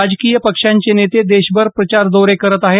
राजकीय पक्षांचे नेते देशभर प्रचार दौरे करत आहेत